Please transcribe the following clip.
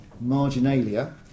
marginalia